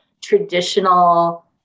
traditional